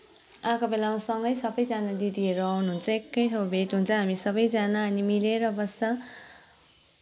आएको बेलामा सँगै सबैजना दिदीहरू आउनुहुन्छ एकै ठाउँ भेट हुन्छ हामी सबैजना अनि मिलेर बस्छ